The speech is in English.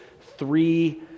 three